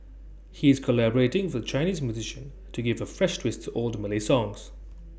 he is collaborating with A Chinese musician to give A fresh twist to old Malay songs